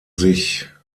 sich